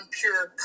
pure